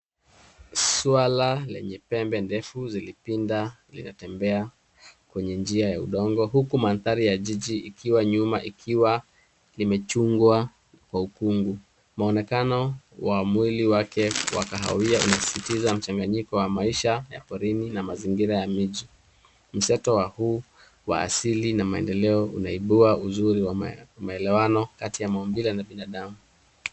Swala lenye pempeni ndefu zilipinda linatembea kwenye njia ya udongo huku mandari ya jiji ikiwa nyuma ikiwa limechungwa kwa ukungu. Muonekano wa mwili wake wakahawia unasisitiza mchanganyiko wa maisha ya baridi na Mazingira ya miji. Mseto wa huu unaibua uzuri wa maelewano Kati ya maumbile na binadamu.